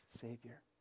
Savior